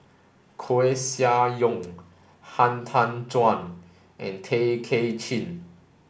Koeh Sia Yong Han Tan Juan and Tay Kay Chin